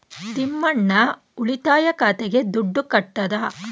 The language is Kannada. ತಿಮ್ಮಣ್ಣ ಉಳಿತಾಯ ಖಾತೆಗೆ ದುಡ್ಡು ಕಟ್ಟದ